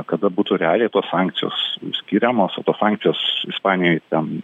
kada būtų realiai tos sankcijos skiriamos o tos sankcijos ispanijoj ten